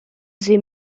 sie